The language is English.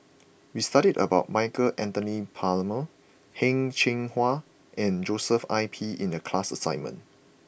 we studied about Michael Anthony Palmer Heng Cheng Hwa and Joshua Ip in the class assignment